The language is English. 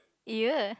ya